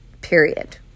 period